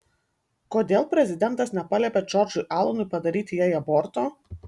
kodėl prezidentas nepaliepė džordžui alanui padaryti jai aborto